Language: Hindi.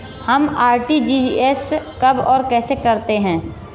हम आर.टी.जी.एस कब और कैसे करते हैं?